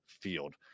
field